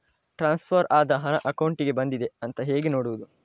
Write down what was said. Transfer ಆದ ಹಣ ಅಕೌಂಟಿಗೆ ಬಂದಿದೆ ಅಂತ ಹೇಗೆ ನೋಡುವುದು?